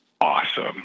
awesome